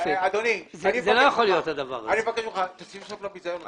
אדוני, אני מבקש ממך, תשים סוף לביזיון הזה.